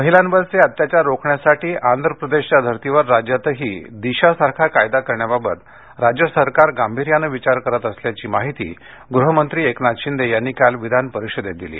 महिलांवरचे अत्याचार रोखण्यासाठी आंध्र प्रदेशच्या धर्तीवर राज्यातही दिशासारखा कायदा करण्याबाबत राज्य सरकार गांभीर्यानं विचार करत असल्याची माहिती गृहमंत्री एकनाथ शिंदे यांनी काल विधानपरिषदेत दिली